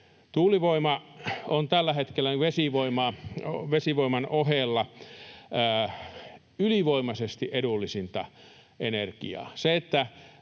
Tuulivoima on tällä hetkellä vesivoiman ohella ylivoimaisesti edullisinta energiaa.